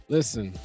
Listen